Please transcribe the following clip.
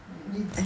你你